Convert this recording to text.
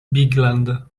bigland